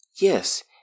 Yes